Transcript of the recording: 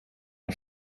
der